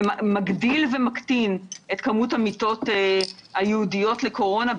ומגדיל ומקטין את כמות המיטות הייעודיות לקורונה,